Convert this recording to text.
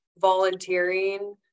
volunteering